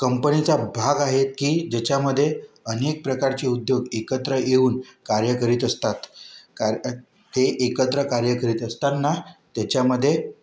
कंपनीचा भाग आहे की ज्याच्यामध्ये अनेक प्रकारचे उद्योग एकत्र येऊन कार्य करीत असतात का ते एकत्र कार्य करीत असताना त्याच्यामध्ये